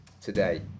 today